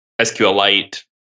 SQLite